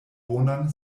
bonan